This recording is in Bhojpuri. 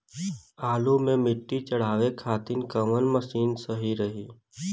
आलू मे मिट्टी चढ़ावे खातिन कवन मशीन सही रही?